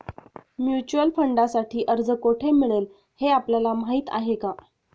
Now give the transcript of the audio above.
Mutual फंडांसाठी अर्ज कोठे मिळेल हे आपल्याला माहीत आहे का?